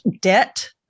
debt